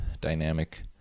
dynamic